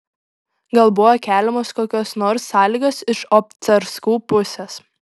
gal buvo keliamos kokios nors sąlygos iš obcarskų pusės